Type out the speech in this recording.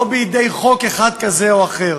לא בחוק אחד כזה או אחר.